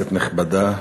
כנסת נכבדה,